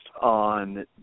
on